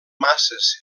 masses